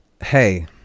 Hey